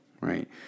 right